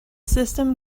system